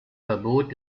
verbot